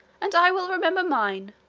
and i will remember mine,